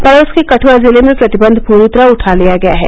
पड़ोस के कदुआ जिले में प्रतिबंध पूरी तरह उठा लिया गया है